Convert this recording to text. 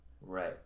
Right